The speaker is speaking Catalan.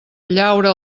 llaure